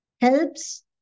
helps